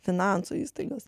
finansų įstaigos